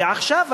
ועכשיו,